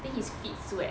then his feet sweat